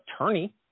attorney